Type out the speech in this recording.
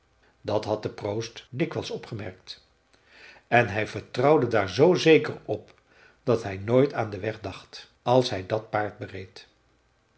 dat had de proost dikwijls opgemerkt en hij vertrouwde daar zoo zeker op dat hij nooit aan den weg dacht als hij dat paard bereed